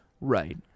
Right